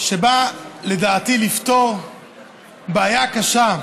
שבאה לדעתי לפתור בעיה קשה.